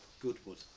Goodwood